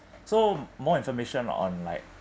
so more information on like